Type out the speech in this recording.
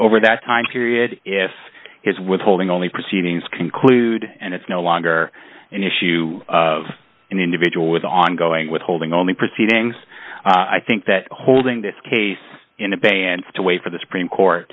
over that time period if his withholding only proceedings conclude and it's no longer an issue of an individual with ongoing withholding on the proceedings i think that holding this case in advance to wait for the supreme court